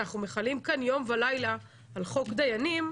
אנחנו מכלים כאן יום ולילה על חוק דיינים.